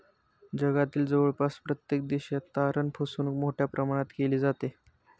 जगातील जवळपास प्रत्येक देशात तारण फसवणूक मोठ्या प्रमाणात केली जाते